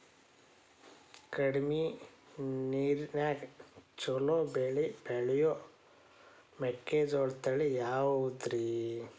ಕಡಮಿ ನೇರಿನ್ಯಾಗಾ ಛಲೋ ಬೆಳಿ ಬೆಳಿಯೋ ಮೆಕ್ಕಿಜೋಳ ತಳಿ ಯಾವುದ್ರೇ?